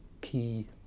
key